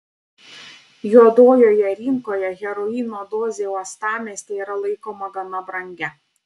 juodojoje rinkoje heroino dozė uostamiestyje yra laikoma gana brangia